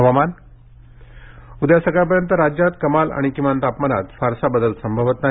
हवामान उद्या सकाळपर्यंत राज्यात कमाल आणि किमान तापमानात फारसा बदल संभवत नाही